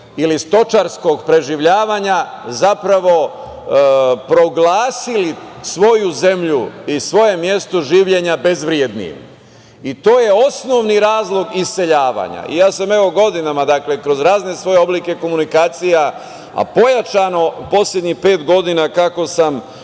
ili stočarskog preživljavanja zapravo proglasili svoju zemlju i svoje mesto življenja bezvrednim. To je osnovni razlog iseljavanja. Ja sam godinama kroz razne oblike komunikacija, a pojačano poslednjih pet godina, kako sam